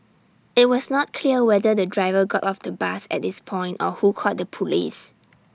IT was not clear whether the driver got off the bus at this point or who called the Police